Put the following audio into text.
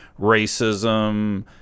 racism